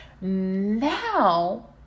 Now